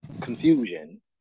confusion